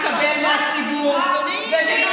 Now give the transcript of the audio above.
שלושה חברי כנסת שקיבלו מנדט מרוב הציבור הישראלי ללכת